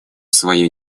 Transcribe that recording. своей